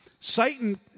Satan